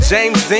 James